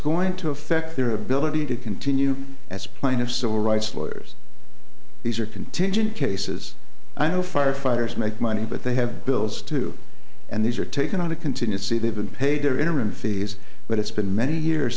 going to affect their ability to continue as plain of civil rights lawyers these are contingent cases i know firefighters make money but they have bills to and these are taken to continue to see they've been paid their interim fees but it's been many years